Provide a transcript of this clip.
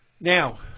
Now